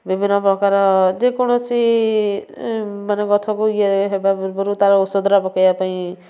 ବିଭିନ୍ନ ପ୍ରକାର ଯେ କୌଣସି ମାନେ ଗଛକୁ ଇଏ ହେବା ପୂର୍ବରୁ ତା'ର ଔଷଧଟା ପକାଇବା ପାଇଁ